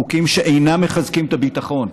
חוקים שאינם מחזקים את הביטחון,